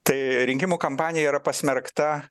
tai rinkimų kampanija yra pasmerkta